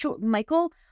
Michael